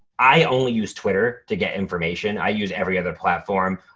i only use twitter to get information. i use every other platform.